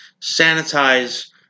sanitize